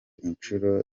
inshuro